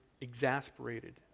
exasperated